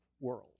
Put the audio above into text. world